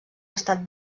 estat